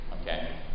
okay